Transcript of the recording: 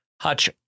hutch